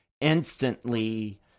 instantly